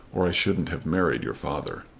or i shouldn't have married your father.